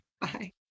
Bye